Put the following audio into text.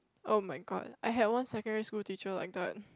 oh-my-god I had one secondary school teacher like that